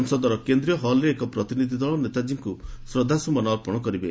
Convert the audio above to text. ସଂସଦର କେନ୍ଦ୍ରୀୟ ହଲ୍ରେ ଏକ ପ୍ରତିନିଧି ଦଳ ନେତାଜ୍ଞୀଙ୍କୁ ଶ୍ରଦ୍ଧାସୁମନ ଅର୍ପଣ କରିବେ